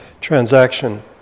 transaction